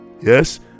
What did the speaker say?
yes